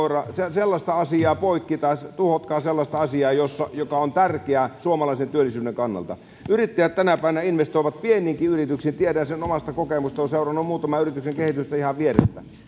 sellaista asiaa poikki tai tuhotko sellaista asiaa joka on tärkeä suomalaisen työllisyyden kannalta yrittäjät tänä päivänä investoivat pieniinkin yrityksiin tiedän sen omasta kokemuksestani kun olen seurannut muutaman yrityksen kehitystä ihan vierestä